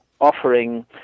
offering